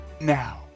Now